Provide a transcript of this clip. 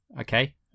Okay